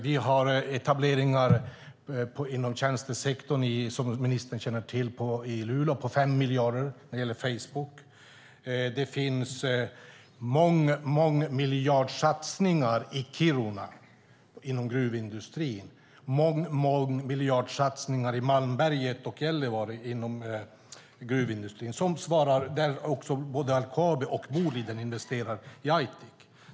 Vi har etableringar som ministern känner till inom tjänstesektorn i Luleå när det gäller Facebook på 5 miljarder. Det finns mångmiljardsatsningar i Kiruna inom gruvindustrin. Det finns mångmiljardsatsningar i Malmberget och Gällivare inom gruvindustrin där också både LKAB och Boliden investerar i Aitik.